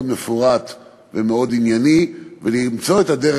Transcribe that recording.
מפורט ומאוד ענייני ולמצוא את הדרך,